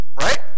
Right